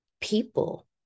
people